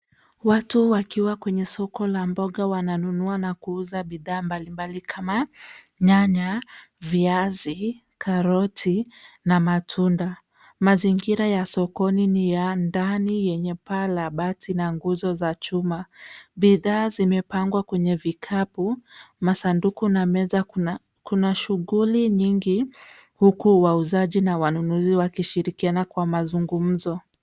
Watu wakiwa kwenye soko la mboga wananunua na kuuza bidhaa mbalimbali kama nyanya, viazi, karoti na matunda. Mazingira ya sokoni ni ya ndani yenye paa la bati na nguzo za chuma. Bidhaa zimapangwa kwenye vikapu, masanduku na meza. Kuna shughuli nyingi huku wauzaji na wanunuzi wakishirikiana kwa mazungumzo.